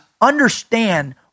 understand